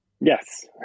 Yes